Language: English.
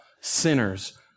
sinners